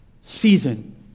season